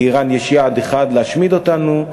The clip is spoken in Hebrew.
לאיראן יש יעד אחד: להשמיד אותנו.